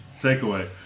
takeaway